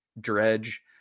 dredge